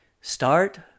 Start